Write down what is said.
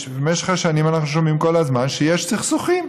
שבמשך השנים אנחנו שומעים כל הזמן שיש סכסוכים.